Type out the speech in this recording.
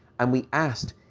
and we asked,